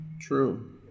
True